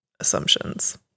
assumptions